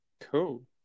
cool